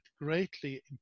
greatly